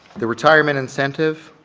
the retirement incentive,